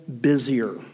busier